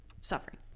suffering